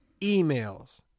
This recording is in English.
emails